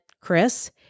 Chris